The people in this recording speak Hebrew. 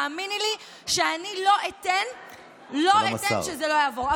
והאמיני לי שאני לא אתן שזה לא יעבור.